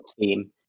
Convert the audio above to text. theme